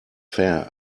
fair